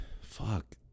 fuck